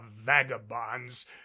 vagabonds